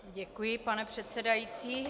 Děkuji, pane předsedající.